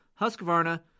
Husqvarna